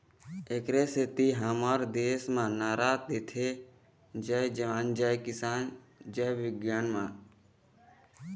एखरे सेती तो हमर देस म नारा देथे जय जवान, जय किसान, जय बिग्यान